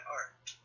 art